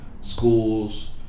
schools